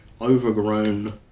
overgrown